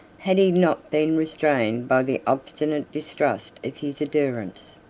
had he not been restrained by the obstinate distrust of his adherents.